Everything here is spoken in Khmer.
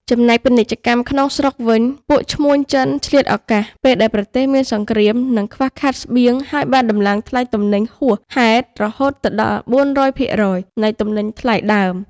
ចំណែកពាណិជ្ជកម្មក្នុងស្រុកវិញ ពួកឈ្មួញចិនឆ្លៀតឱកាសពេលដែលប្រទេសមានសង្គ្រាម និង ខ្វះខាតខាងស្បៀងហើយបានដំឡើងថ្លៃទំនិញហួសហែតរហូតទៅដល់ ៤០០% នៃទំនិញថ្លៃដើម។